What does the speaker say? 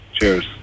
Cheers